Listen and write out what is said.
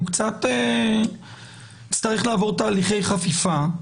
הוא יצטרך לעבור תהליכי חפיפה.